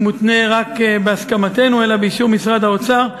מותנה רק בהסכמתנו אלא באישור משרד האוצר,